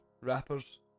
rappers